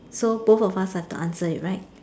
so both of us have to answer it right